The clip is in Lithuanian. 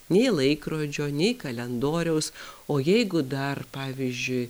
nei laikrodžio nei kalendoriaus o jeigu dar pavyzdžiui